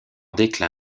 déclin